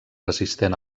resistent